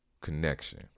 connection